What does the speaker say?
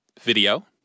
video